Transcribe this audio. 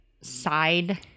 side